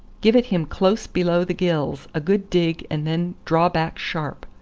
give it him close below the gills a good dig and then draw back sharp.